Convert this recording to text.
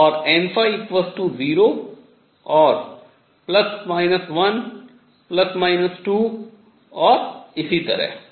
और n0 और ±1 ±2 और इसी तरह